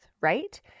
right